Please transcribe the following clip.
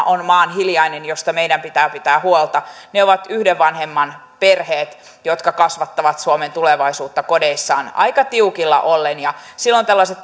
on maan hiljainen josta meidän pitää pitää huolta se on yhden vanhemman perheet jotka kasvattavat suomen tulevaisuutta kodeissaan aika tiukilla ollen silloin tällaiset